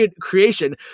creation